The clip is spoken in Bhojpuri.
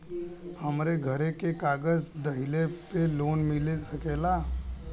हमरे घरे के कागज दहिले पे लोन मिल सकेला?